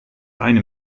eine